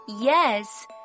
Yes